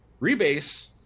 Rebase